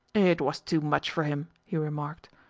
it was too much for him, he remarked.